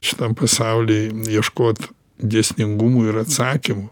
šitam pasauly ieškot dėsningumų ir atsakymų